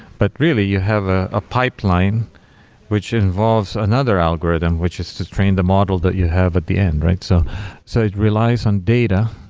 but, really, you have a ah pipeline which involves another algorithm, which is to train the model that you have at the end. so so it relies on data.